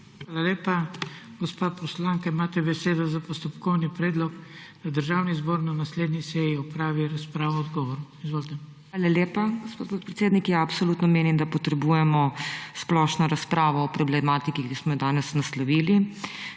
Hvala lepa. Gospa poslanka, imate besedo za postopkovni predlog, da Državni zbor na naslednji seji opravi razpravo o odgovoru. MAG. MEIRA HOT (PS SD): Hvala lepa, gospod podpredsednik. Absolutno menim, da potrebujemo splošno razpravo o problematiki, ki smo jo danes naslovili.